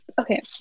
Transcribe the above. Okay